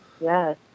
yes